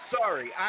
sorry